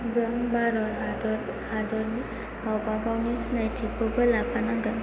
जों भारत हादरनि गावबागावनि सिनायथिखौबो लाफा नांगोन